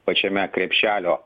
pačiame krepšelio